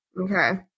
Okay